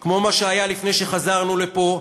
כמו מה שהיה לפני שחזרנו לפה,